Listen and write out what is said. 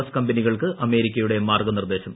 S കമ്പനികൾക്ക് അമേരിക്കയുടെ മാർഗ്ഗനിർദ്ദേശം